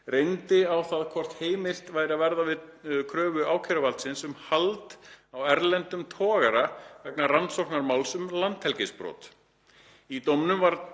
reyndi á það hvort heimilt væri að verða við kröfu ákæruvaldsins um hald á erlendum togara vegna rannsóknar máls um landhelgisbrot.